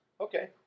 Okay